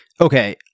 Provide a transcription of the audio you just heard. Okay